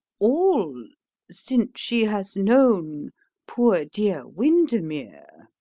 all since she has known poor dear windermere.